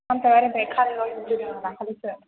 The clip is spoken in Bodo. सामथायबारिनिफ्राय खारिगावसिम फैदों आं दाखालिसो